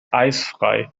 eisfrei